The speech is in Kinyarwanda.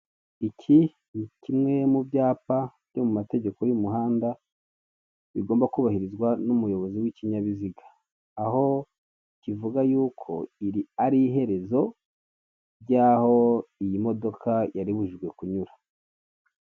Iki ni kimwe mu byapa byo mu mategeko y'umuhanda, bigomba kubahirizwa n'umuyobozi w'ikinyabiziga. Aho kivuga yuko iri ari iherezo ry'aho iyi modoka yari ibujijwe kunyura.